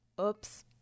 Oops